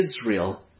Israel